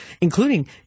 including